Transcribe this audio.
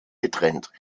getrennt